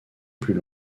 plus